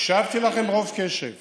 הקשבתי לכם ברוב קשב